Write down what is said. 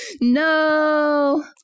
No